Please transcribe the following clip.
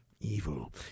Evil